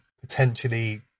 potentially